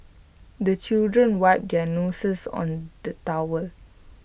the children wipe their noses on the towel